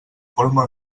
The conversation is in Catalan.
forma